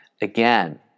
again